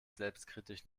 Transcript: selbstkritisch